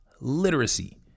literacy